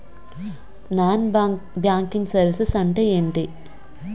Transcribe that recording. Non banking services అంటే ఎంటి?